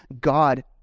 God